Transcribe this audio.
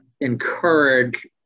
encourage